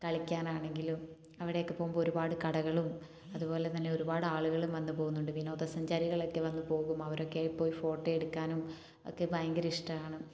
കളിക്കാനാണെങ്കിലും അവിടെയൊക്കെ പോകുമ്പോൾ ഒരുപാട് കടകളും അതുപോലെതന്നെ ഒരുപാട് ആളുകളും വന്നു പോകുന്നുണ്ട് വിനോദസഞ്ചാരികളൊക്കെ വന്നുപോകും അവരൊക്കെ പോയി ഫോട്ടോയെടുക്കാനും ഒക്കെ ഭയങ്കര ഇഷ്ടമാണ്